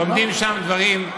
לומדים שם דברים.